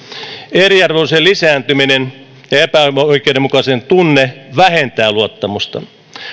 eriarvoisuuden lisääntyminen ja epäoikeudenmukaisuuden tunne vähentää luottamusta